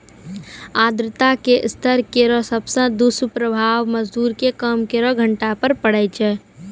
आर्द्रता के स्तर केरो सबसॅ दुस्प्रभाव मजदूर के काम करे के घंटा पर पड़ै छै